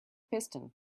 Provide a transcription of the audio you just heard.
piston